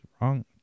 wrong